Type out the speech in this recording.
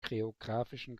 geographischen